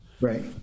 Right